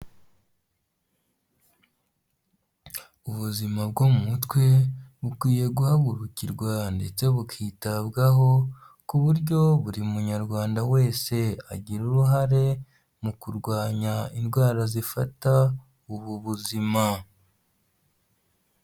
Ubuzima bwo mu mutwe bukwiye guhagurukirwa ndetse bukitabwaho, ku buryo buri munyarwanda wese agira uruhare mu kurwanya indwara zifata ubu buzima.